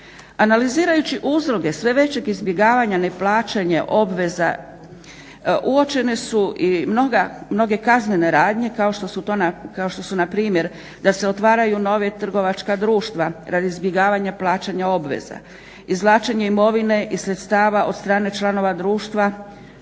Analizirajući uzroke sve većeg izbjegavanja neplaćanje obveza, uočene su i mnoge kaznene radnje kao što su npr. da se otvaraju nove trgovačka društva radi izbjegavanja plaćanja obveza, izvlačenje imovine i sredstava od strane članova društva,